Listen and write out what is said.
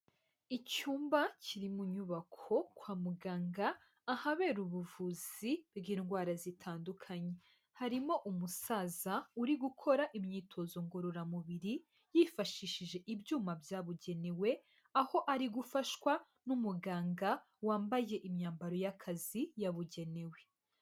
Icyumba kiri mu nyubako, kwa muganga, ahabera ubuvuzi bw'indwara zitandukanye, harimo umusaza uri gukora imyitozo ngororamubiri yifashishije ibyuma byabugenewe, aho ari gufashwa n'umuganga wambaye imyambaro y'akazi yabugenewe.